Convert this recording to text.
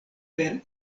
per